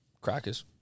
crackers